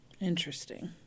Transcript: Interesting